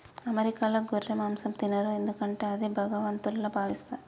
అమెరికాలో గొర్రె మాంసం తినరు ఎందుకంటే అది భగవంతుల్లా భావిస్తారు